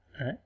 right